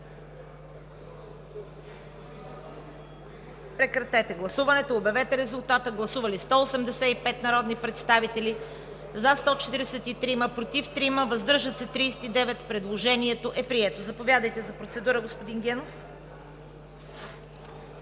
режим на гласуване. Гласували 185 народни представители: за 143, против 3, въздържали се 39. Предложението е прието. Заповядайте за процедура, господин Генов.